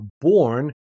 born